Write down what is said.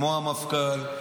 כמו המפכ"ל,